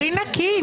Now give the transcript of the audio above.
דברי נקי.